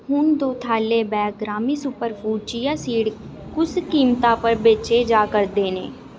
हून दो थैले बैग ग्रामी सुपरफूड चिया सीड कुस कीमता पर बेचे जा करदे न